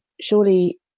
surely